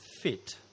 fit